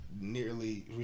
nearly